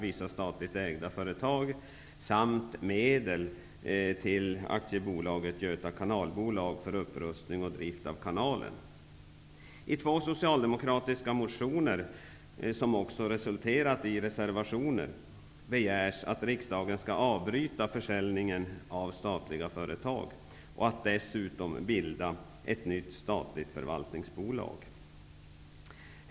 I två socialdemokratiska motioner, som också har resulterat i reservationer, begärs att riksdagen skall avbryta försäljningen av statliga företag och dessutom att ett nytt statligt förvaltningsbolag skall bildas.